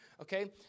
okay